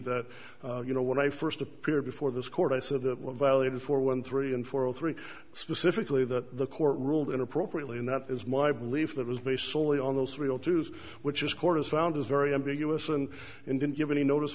that you know when i first appeared before this court i said that were violated for one three and four or three specifically that the court ruled in appropriately and that is my belief that was based solely on those realtors which is court has found is very ambiguous and didn't give any notice